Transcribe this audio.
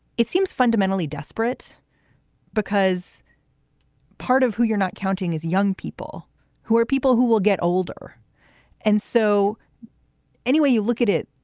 it seems fundamentally desperate because part of who you're not counting is young people who are people who will get older and so anyway, you look at it,